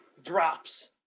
drops